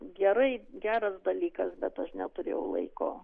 gerai geras dalykas bet aš neturėjau laiko